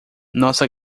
nossa